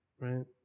Right